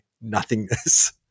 nothingness